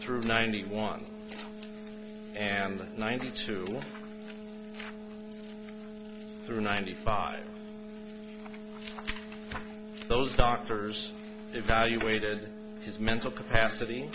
through ninety one and ninety two through ninety five those doctors evaluated his mental capacity